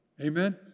Amen